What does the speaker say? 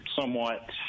somewhat